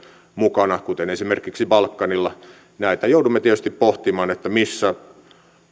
mukana kuten esimerkiksi balkanilla ja joudumme tietysti pohtimaan missä näistä